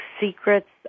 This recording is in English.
secrets